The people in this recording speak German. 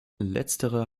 letztere